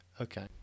okay